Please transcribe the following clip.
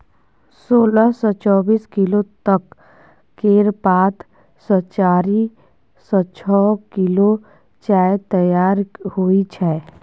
सोलह सँ चौबीस किलो तक केर पात सँ चारि सँ छअ किलो चाय तैयार होइ छै